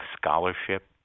scholarship